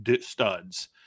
studs